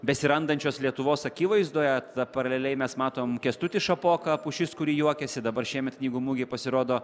besirandančios lietuvos akivaizdoje tą paraleliai mes matom kęstutis šapoka pušis kuri juokiasi dabar šiemet knygų mugėj pasirodo